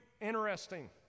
interesting